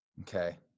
Okay